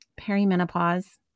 Perimenopause